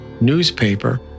newspaper